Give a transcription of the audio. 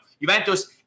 Juventus